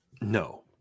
No